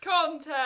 Content